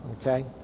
Okay